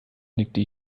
nickte